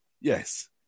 Yes